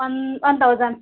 one one thousand